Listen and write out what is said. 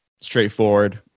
straightforward